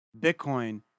Bitcoin